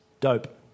dope